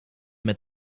met